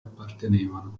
appartenevano